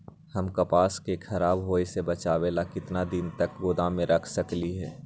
हम कपास के खराब होए से बचाबे ला कितना दिन तक गोदाम में रख सकली ह?